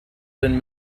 been